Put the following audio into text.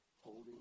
holding